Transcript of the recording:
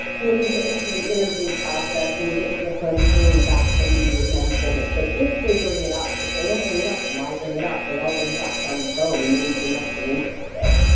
when you get into the interview process, when you get into the phone screen, that's when you would mention if they if they bring it up, if they don't bring it up why bring it up they already got you on the phone it means they must be interested.